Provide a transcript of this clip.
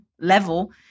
level